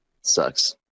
Sucks